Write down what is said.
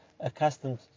accustomed